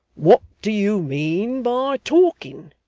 what do you mean by talking,